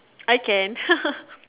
I can